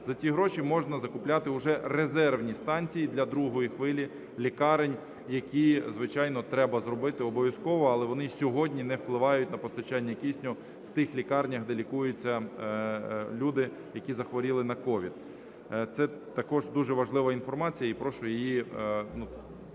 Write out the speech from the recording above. За ці гроші можна закупляти уже резервні станції для другої хвилі лікарень, які, звичайно, треба зробити обов'язково. Але вони сьогодні не впливають на постачання кисню в тих лікарнях, де лікуються люди, які захворіли на COVID. Це також дуже важлива інформація, і прошу її